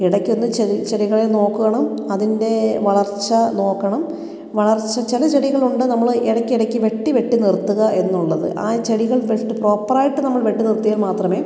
ഇടക്കൊന്ന് ചെ ചെടികളെ നോക്കണം അതിൻ്റെ വളർച്ച നോക്കണം വളർച്ച ചെല ചെടികൾ ഉണ്ട് നമ്മൾ ഇടക്കിടക്ക് വെട്ടി വെട്ടി നിർത്തുക എന്നുള്ളത് ആ ചെടികൾ പെട്ട് പ്രോപ്പർ ആയിട്ട് നമ്മൾ വെട്ടി നിർത്തിയാൽ മാത്രമേ